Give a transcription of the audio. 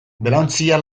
belaontzia